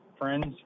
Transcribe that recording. friend's